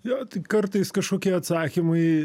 jo tai kartais kažkokie atsakymai